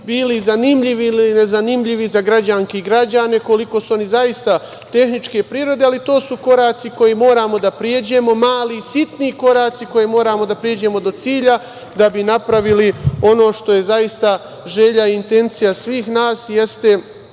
bili zanimljivi ili nezanimljivi za građanke i građane, koliko su oni zaista tehničke prirode, ali to su koraci koje moramo da pređemo, mali, sitni koraci koje moramo da pređemo do cilja da bi napravili. Ono što je zaista želja i intencija svih nas jeste